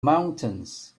mountains